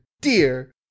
dear